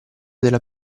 della